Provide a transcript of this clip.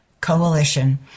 Coalition